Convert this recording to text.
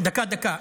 דקה, דקה.